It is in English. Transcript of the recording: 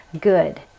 good